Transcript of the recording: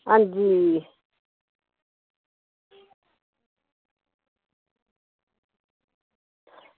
आं जी